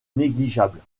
négligeables